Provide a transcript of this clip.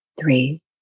Three